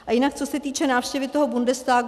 A jinak co se týče návštěvy toho Bundestagu.